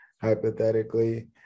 hypothetically